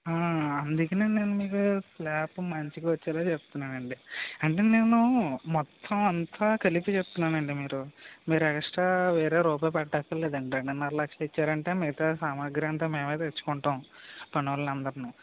అందుకనే నేను మీకు స్లాబ్ మంచిగా వచ్చేలా చెప్తున్నాను అండి అంటే నేను మొత్తం అంతా కలిపి చెప్తున్నాను అండి మీరు మీరు ఎక్స్ట్రా వేరే రూపాయి పెట్టకర్లేదు అండి రెండున్నర లక్షలు ఇచ్చారంటే మీరు మిగతా సామగ్రి అంతా మేమే తెచ్చుకుంటాం పనోలందరిని